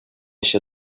się